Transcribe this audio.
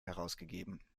herausgegeben